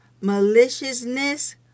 maliciousness